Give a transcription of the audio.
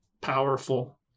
powerful